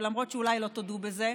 למרות שאולי לא תודו בזה,